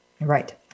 Right